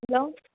hello